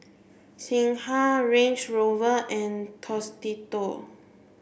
Singha Range Rover and Tostitos